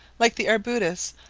like the arbutus,